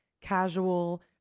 casual